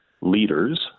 leaders